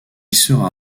sera